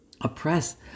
oppress